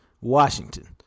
Washington